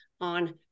on